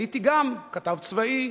הייתי גם כתב צבאי,